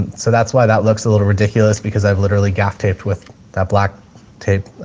so that's why that looks a little ridiculous because i've literally gaff taped with that black tape,